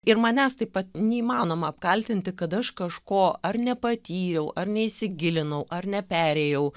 ir manęs taip pat neįmanoma apkaltinti kad aš kažko ar nepatyriau ar neįsigilinau ar neperėjau